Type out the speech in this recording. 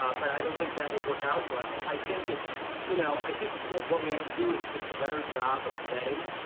um but i don't think that would work out well. i think it's you know, i think what we have to do is just a better job of vetting,